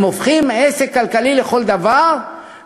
הם הופכים לעסק כלכלי לכל דבר,